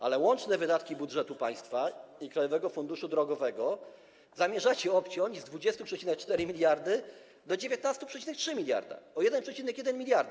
Ale łączne wydatki budżetu państwa i Krajowego Funduszu Drogowego zamierzacie zmniejszyć z 20,4 mld do 19,3 mld - to o 1,1 mld.